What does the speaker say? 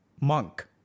monk